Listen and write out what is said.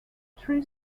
three